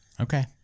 Okay